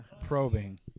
probing